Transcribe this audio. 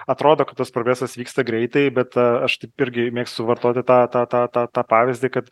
atrodo kad tas progresas vyksta greitai bet a aš taip irgi mėgstu vartoti tą tą tą tą tą pavyzdį kad